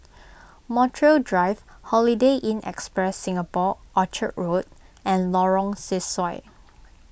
Montreal Drive Holiday Inn Express Singapore Orchard Road and Lorong Sesuai